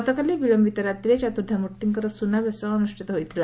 ଗତକାଲି ବିଳଧିତ ରାତିରେ ଚତୁର୍ବ୍ଧା ମର୍ତିଙ୍କର ସୁନାବେଶ ଅନୁଷିତ ହୋଇଥିଲା